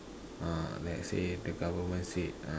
uh let's say the government said uh